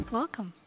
welcome